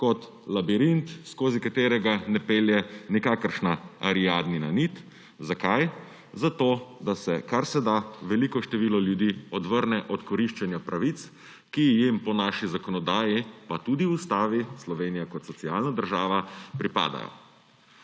kot labirint, skozi katerega ne pelje nikakršna Ariadnina nit. Zakaj? Zato da se kar se da veliko število ljudi odvrne od koriščenja pravic, ki jim po naši zakonodaji, pa tudi ustavi, Slovenija kot socialna država, pripadajo.